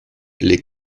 les